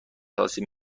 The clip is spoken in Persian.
آسیب